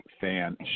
fan